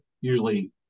usually